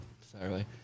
Sorry